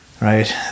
Right